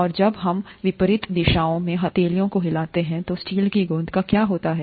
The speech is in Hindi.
और जब हम विपरीत दिशाओं में हथेलियों को हिलाते हैं तो स्टील की गेंद का क्या होता है